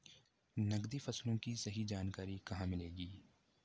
नकदी फसलों की सही जानकारी कहाँ मिलेगी?